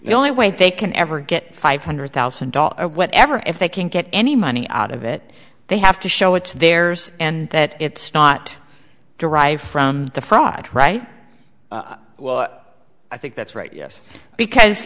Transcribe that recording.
the only way they can ever get five hundred thousand dollars whatever if they can get any money out of it they have to show it's theirs and that it's not derived from the fought right well i think that's right yes because